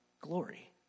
glory